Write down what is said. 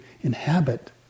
inhabit